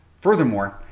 furthermore